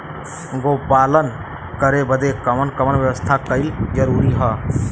गोपालन करे बदे कवन कवन व्यवस्था कइल जरूरी ह?